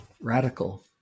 radical